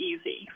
easy